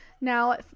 now